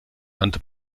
nannte